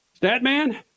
Statman